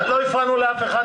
לא הפרענו לאף אחד,